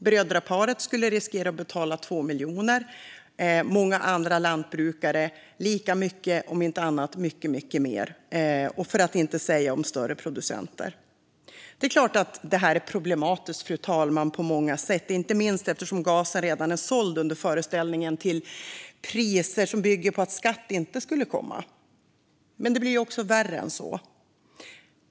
Brödraparet skulle riskera att betala 2 miljoner, många andra lantbrukare lika mycket om inte mycket mer - för att inte tala om större producenter. Det är klart att det här är problematiskt på många sätt, fru talman, inte minst eftersom gasen redan är såld till priser som byggde på föreställningen att skatt inte skulle komma. Men det blir värre än så.